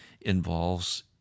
involves